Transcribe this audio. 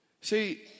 See